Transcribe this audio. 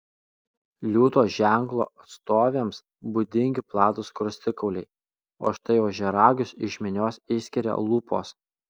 liūto ženklo atstovėms būdingi platūs skruostikauliai o štai ožiaragius iš minios išskiria lūpos